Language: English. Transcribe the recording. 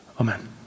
amen